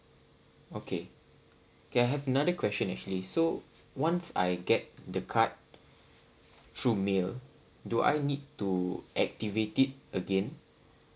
okay and I have another question actually so once I get the card through mail do I need to activate it again